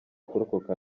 kurokoka